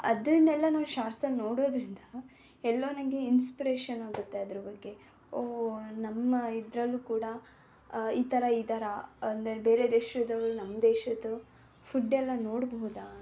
ಅದನ್ನೆಲ್ಲ ನಾವು ಶಾರ್ಟ್ಸಲ್ಲಿ ನೋಡೋದರಿಂದ ಎಲ್ಲೋ ನನಗೆ ಇನ್ಸ್ಪ್ರೇಷನ್ ಆಗುತ್ತೆ ಅದ್ರ ಬಗ್ಗೆ ಓ ನಮ್ಮ ಇದರಲ್ಲೂ ಕೂಡ ಈ ಥರ ಇದ್ದಾರೆ ಅಂದರೆ ಬೇರೆ ದೇಶದವರು ನಮ್ಮ ದೇಶದ್ದು ಫುಡ್ಡೆಲ್ಲ ನೋಡಬಹುದಾ ಅಂತ